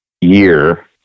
year